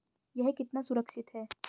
यह कितना सुरक्षित है?